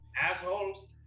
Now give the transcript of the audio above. assholes